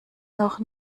noch